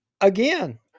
again